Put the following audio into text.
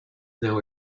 now